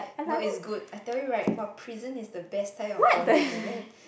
no it's good I tell you [right] !wah! prison is the best kind of bonding eh